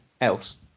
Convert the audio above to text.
else